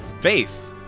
Faith